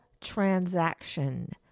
transaction